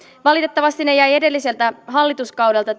valitettavasti tämä rakenteellinen uudistus jäi edellisellä hallituskaudella